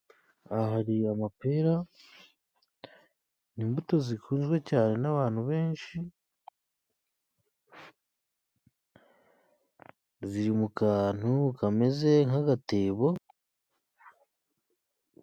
Aha hari amapera, n'imbuto zikunzwe cyane n'abantu benshi, ziri mu kantu kameze nk'agatebo,